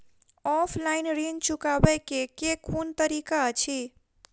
Offline ऋण चुकाबै केँ केँ कुन तरीका अछि?